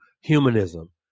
humanism